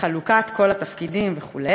חלוקת כל התפקידים וכו'